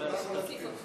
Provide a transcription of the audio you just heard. הוא לא חבר כנסת.